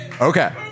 Okay